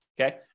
Okay